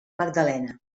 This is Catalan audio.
magdalena